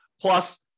Plus